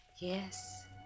Yes